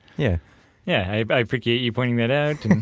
yeah yeah, i appreciate you pointing that out.